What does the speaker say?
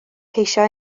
ceisio